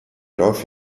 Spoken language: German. dorf